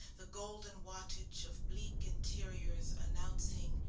the golden wattage of bleak interiors announcing,